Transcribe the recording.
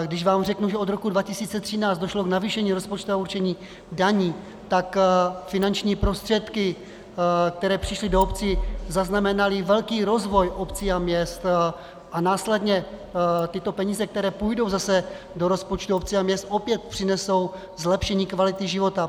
Když vám řeknu, že od roku 2013 došlo k navýšení rozpočtového určení daní, tak finanční prostředky, které přišly do obcí, zaznamenaly velký rozvoj obcí a měst a následně tyto peníze, které půjdou zase do rozpočtu obcí a měst, opět přinesou zlepšení kvality života.